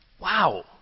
Wow